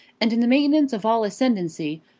and in the maintenance of all ascendancy,